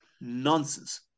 nonsense